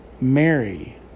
Mary